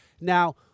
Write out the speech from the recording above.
Now